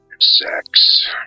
sex